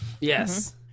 yes